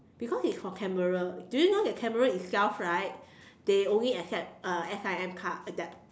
because it's for camera do you know that camera itself right they only accept uh S_I_M card adapt